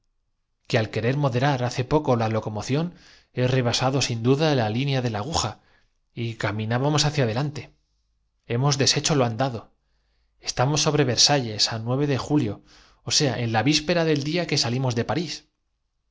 que al querer moderar hace poco la locomoción he rebasado sin duda la línea de la aguja juanita echáronse en busca de los sabios encontrando y caminába mos hacia adelante hemos deshecho lo andado esta felizmente en el laboratorio á de julio ó sea en la víspera turba del día que salimos de parís